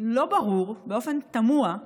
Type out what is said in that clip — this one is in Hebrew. לא ברור, באופן תמוה,